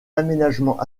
aménagements